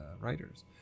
writers